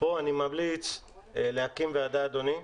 פה אני ממליץ להקים ועדה, אדוני,